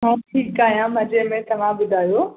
मां ठीकु आहियां मज़े में तव्हां ॿुधायो